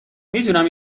میتونم